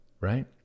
right